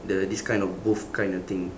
the this kind of booth kind of thing